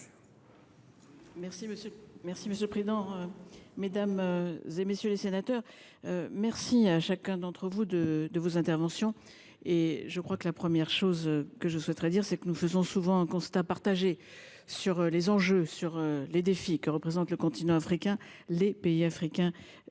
Merci monsieur prudent. Mesdames. Et messieurs les sénateurs. Merci à chacun d'entre vous 2 de vos interventions et je crois que la première chose que je souhaiterais dire c'est que nous faisons souvent un constat partagé sur les enjeux sur les défis que représente le continent africain. Les pays africains dans